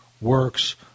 works